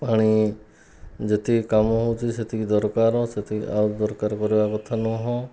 ପାଣି ଯେତିକି କାମ ହେଉଛି ସେତିକି ଦରକାର ସେତିକି ଆଉ ଦରକାର କରିବା କଥା ନୁହେଁ